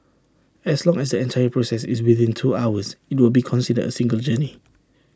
as long as the entire process is within two hours IT will be considered A single journey